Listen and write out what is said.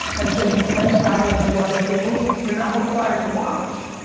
and so we can travel and do other things, you're not required to watch.